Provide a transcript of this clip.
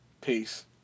Peace